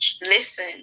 listen